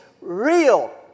real